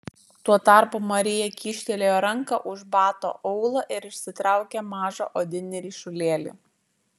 tuo tarpu marija kyštelėjo ranką už bato aulo ir išsitraukė mažą odinį ryšulėlį